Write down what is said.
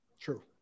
True